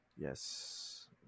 Yes